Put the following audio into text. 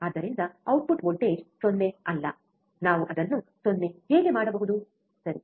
ಆದ್ದರಿಂದ output voltage 0 ಅಲ್ಲ ನಾವು ಅದನ್ನು 0 ಹೇಗೆ ಮಾಡಬಹುದು ಸರಿ